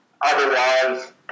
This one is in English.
Otherwise